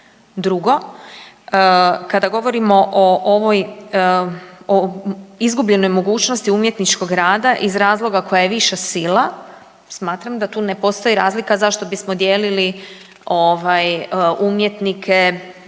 Drugo, kada govorimo o ovoj, o izgubljenoj mogućnosti umjetničkog rada iz razloga koja je viša sila smatram da tu ne postoji razlika zašto bismo dijelili ovaj umjetnike